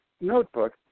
notebook